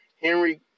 Henry